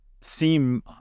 seem